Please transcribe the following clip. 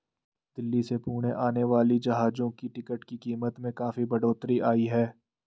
दिल्ली से पुणे आने वाली जहाजों की टिकट की कीमत में काफी बढ़ोतरी आई है